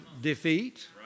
Defeat